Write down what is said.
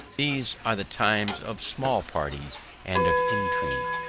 these are the times of small parties and of intrigue.